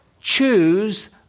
choose